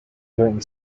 doing